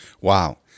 Wow